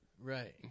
right